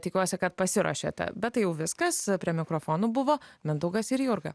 tikiuosi kad pasiruošėte bet tai jau viskas prie mikrofonų buvo mindaugas ir jurga